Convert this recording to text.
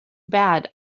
bad